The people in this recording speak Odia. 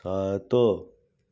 ସାତ